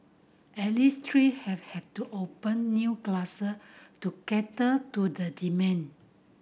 at least three have had to open new class to cater to the demand